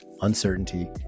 uncertainty